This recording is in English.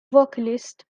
vocalist